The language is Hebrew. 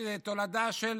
שהוא תולדה של